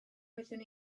oeddwn